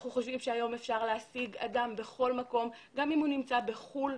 אנחנו חושבים שהיום אפשר להשיג אדם בכל מקום גם אם הוא נמצא בחוץ לארץ,